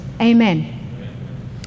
Amen